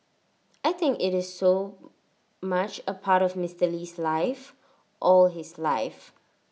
I think IT is so much A part of Mister Lee's life all his life